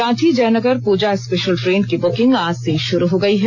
Ranchi Jaynagar Puja special train की booking आज से शुरू हो गई है